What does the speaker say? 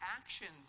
actions